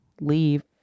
leave